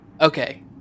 Okay